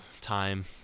time